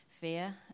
fear